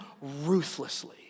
ruthlessly